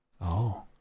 Oh